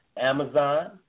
Amazon